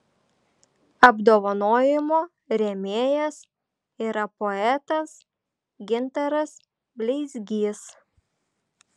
apdovanojimo rėmėjas yra poetas gintaras bleizgys